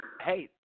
hey